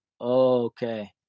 Okay